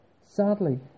Sadly